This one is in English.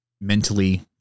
mentally